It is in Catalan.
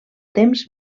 temps